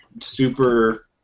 super